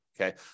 Okay